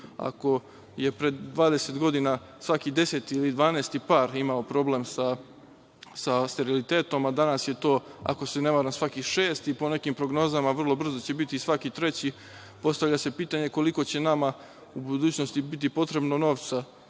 Ako je pre 20 godina svaki deseti ili dvanaesti par imao problem sa sterilitetom, a danas je to, ako se ne varam svaki šesti po nekim prognozama, vrlo brzo će biti svaki treći. Postavlja se pitanje koliko će nama u budućnosti biti potrebno novca